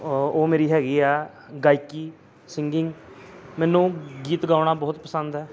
ਉਹ ਮੇਰੀ ਹੈਗੀ ਆ ਗਾਇਕੀ ਸਿੰਗਿੰਗ ਮੈਨੂੰ ਗੀਤ ਗਾਉਣਾ ਬਹੁਤ ਪਸੰਦ ਹੈ